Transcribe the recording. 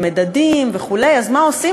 במדדים וכו' אז מה עושים?